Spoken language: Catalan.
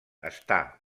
està